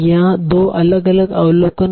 यहां 2 अलग अलग अवलोकन क्या हैं